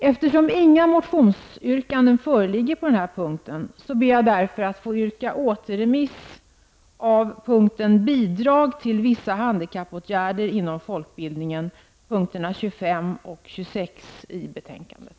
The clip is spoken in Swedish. Eftersom inga motionsyrkanden föreligger på den här punkten ber jag att få yrka återremiss av punkten Bidrag till vissa handikappåtgärder inom folkbildningen, punkterna 25 och 26 i betänkandet.